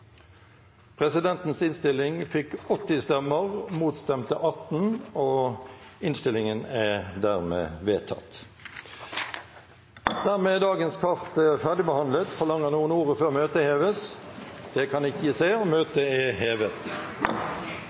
presidentens forslag og forslaget fra Senterpartiet om at saken blir behandlet etter forretningsordenens § 39 annet ledd b. Dermed er sakene på dagens kart ferdigbehandlet. Forlanger noen ordet før møtet heves? – Det kan presidenten ikke se, og møtet er hevet.